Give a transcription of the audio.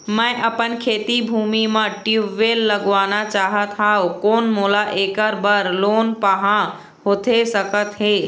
मैं अपन खेती भूमि म ट्यूबवेल लगवाना चाहत हाव, कोन मोला ऐकर बर लोन पाहां होथे सकत हे?